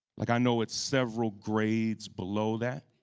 like i know it's several grades below that